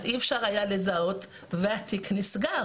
אז אי אפשר היה לזהות והתיק נסגר.